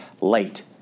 late